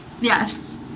yes